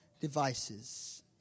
devices